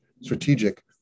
strategic